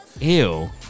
Ew